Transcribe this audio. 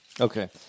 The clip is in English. Okay